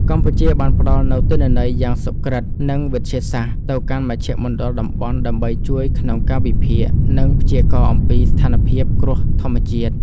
កម្ពុជាបានផ្តល់នូវទិន្នន័យយ៉ាងសុក្រឹត និងវិទ្យាសាស្ត្រទៅកាន់មជ្ឈមណ្ឌលតំបន់ ដើម្បីជួយក្នុងការវិភាគ និងព្យាករណ៍អំពីស្ថានភាពគ្រោះធម្មជាតិ។